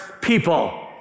people